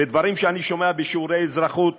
בדברים שאני שומע בשיעורי האזרחות